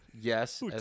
Yes